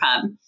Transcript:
Pub